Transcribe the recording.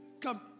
Come